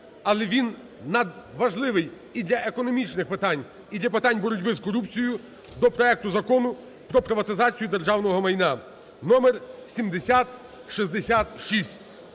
але він надважливий і для економічних питань, і для питань боротьби з корупцією, – до проекту Закону про приватизацію державного майна (номер 7066).